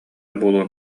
буолуон